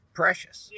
precious